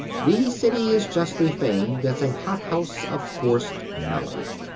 the city is justly famed as a hot house of forced knowledge.